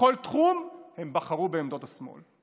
בכל תחום הם בחרו בעמדות השמאל.